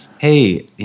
hey